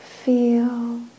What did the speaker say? Feel